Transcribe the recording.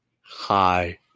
Hi